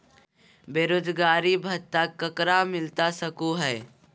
बेरोजगारी भत्ता ककरा मिलता सको है?